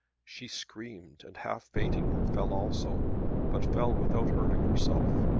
she screamed and half-fainting, fell also but fell without hurting herself.